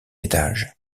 étages